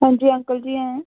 अंजी अंकल जी आं